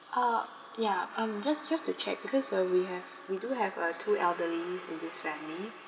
uh ya um just just to check because uh we have we do have uh two elderlies in this family